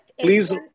Please